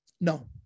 no